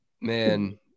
Man